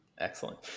Excellent